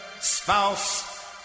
spouse